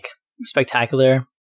spectacular